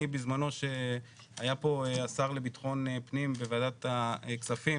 אני בזמנו כשהיה פה השר לבט"פ בוועדת הכספים